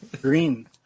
Green